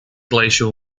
glacial